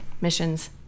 missions